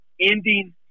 ending –